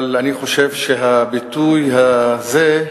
אבל אני חושב שהביטוי הזה,